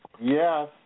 Yes